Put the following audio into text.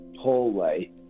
hallway